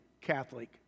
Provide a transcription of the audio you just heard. Catholic